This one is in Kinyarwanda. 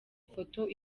ifoto